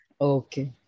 Okay